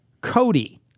Cody